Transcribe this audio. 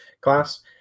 class